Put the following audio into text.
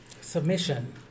submission